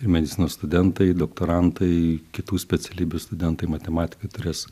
ir medicinos studentai doktorantai kitų specialybių studentai matematikai turės